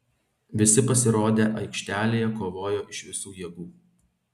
visi pasirodę aikštelėje kovojo iš visų jėgų